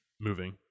moving